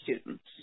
students